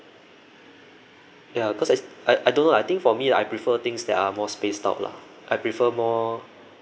ya cause I I I don't know lah I think for me I prefer things that are more spaced out lah I prefer more